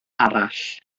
arall